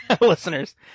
listeners